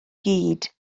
gyd